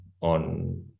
on